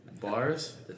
Bars